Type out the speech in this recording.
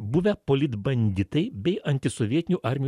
buvę politbanditai bei antisovietinių armijų